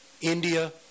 India